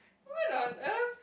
what on earth